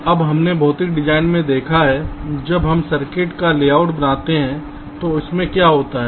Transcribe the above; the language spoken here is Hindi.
अब हमने भौतिक डिजाइन में देखा है जब हम सर्किट का लेआउट बनाते हैं तो इसमें क्या होता है